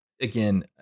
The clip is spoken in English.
Again